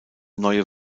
neue